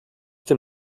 dem